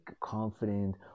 confident